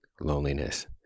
Loneliness